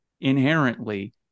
inherently